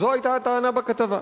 זו היתה הטענה בכתבה.